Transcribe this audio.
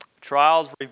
Trials